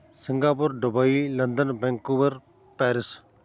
Singapore Dubai London Vancouver pairs